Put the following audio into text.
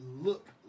look